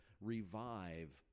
revive